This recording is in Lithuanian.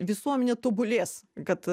visuomenė tobulės kad